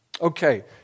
Okay